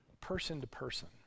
person-to-person